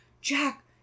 Jack